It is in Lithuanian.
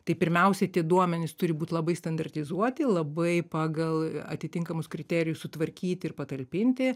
tai pirmiausiai tie duomenys turi būt labai standartizuoti labai pagal atitinkamus kriterijus sutvarkyti ir patalpinti